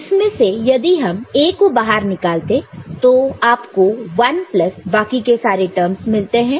इसमें से यदि हम A को बाहर निकालते है तो आप को 1 प्लस बाकी के सारे टर्मस मिलते हैं